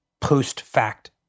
post-fact